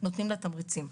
נותנים לה תמריצים.